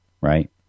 Right